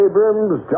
Abrams